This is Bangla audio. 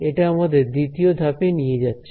এটা আমাদের দ্বিতীয় ধাপে নিয়ে যাচ্ছে